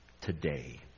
today